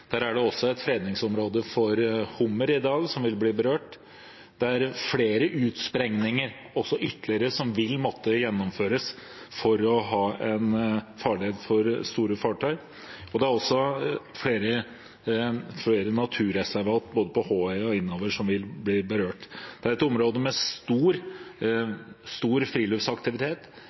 Der er det også et fredningsområde for hummer i dag, som vil bli berørt. Ytterligere utsprengninger vil måtte gjennomføres for å ha en farled for store fartøy, og det er flere naturreservat som vil bli berørt, både på Håøya og innover. Det er et område med stor friluftsaktivitet